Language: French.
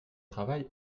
travail